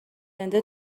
زنده